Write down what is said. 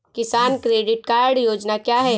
किसान credit card योजना क्या है?